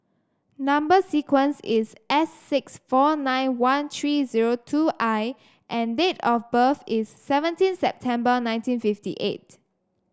number sequence is S six four nine one three zero two I and date of birth is seventeen September nineteen fifty eight